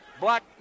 Black